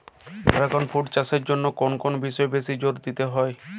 Dragon fruit চাষের জন্য কোন কোন বিষয়ে বেশি জোর দিতে হয়?